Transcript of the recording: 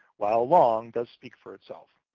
while long, does speak for itself.